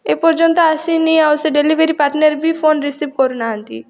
ଏ ପର୍ଯ୍ୟନ୍ତ ଆସିନି ଆଉ ସେ ଡେଲିଭରି ପାଟର୍ନର୍ ବି ଫୋନ ରିସିଭ୍ କରୁନାହାଁନ୍ତି